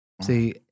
See